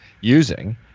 using